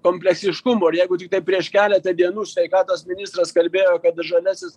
kompleksiškumo ir jeigu tiktai prieš keletą dienų sveikatos ministras kalbėjo kad žaliasis